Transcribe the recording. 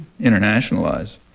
internationalize